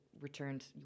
returned